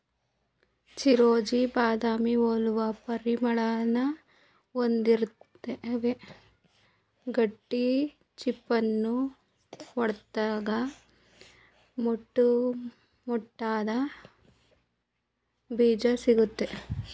ಚಿರೊಂಜಿ ಬಾದಾಮಿ ಹೋಲುವ ಪರಿಮಳನ ಹೊಂದಿರುತ್ವೆ ಗಟ್ಟಿ ಚಿಪ್ಪನ್ನು ಒಡ್ದಾಗ ಮೋಟುಮೋಟಾದ ಬೀಜ ಸಿಗ್ತದೆ